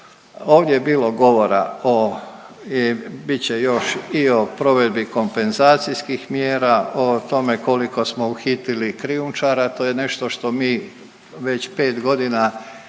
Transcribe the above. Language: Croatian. Ovdje je bilo govora o, i bit će još i o provedbi kompenzacijskih mjera, o tome koliko smo uhitili krijumčara, to je nešto što mi već 5 godina na svakom